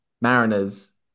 Mariners